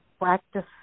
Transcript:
practice